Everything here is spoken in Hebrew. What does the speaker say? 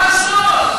ממש לא.